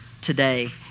today